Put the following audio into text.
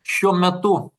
šiuo metu